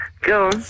Go